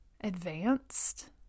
Advanced